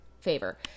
favor